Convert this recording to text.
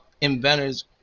inventors